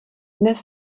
dnes